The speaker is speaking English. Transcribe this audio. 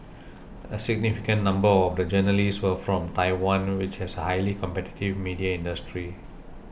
a significant number of the journalists were from Taiwan which has a highly competitive media industry